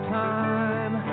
time